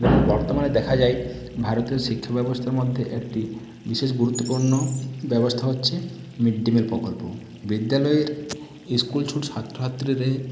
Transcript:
বর্তমানে দেখা যায় ভারতীয় শিক্ষাব্যবস্থার মধ্যে একটি বিশেষ গুরুত্বপূর্ণ ব্যবস্থা হচ্ছে মিড ডে মিল প্রকল্প বিদ্যালয়ের স্কুলছুট ছাত্র ছাত্রীরাদের